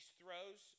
throws